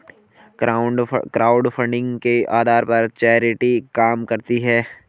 crowdfunding के आधार पर चैरिटी काम करती है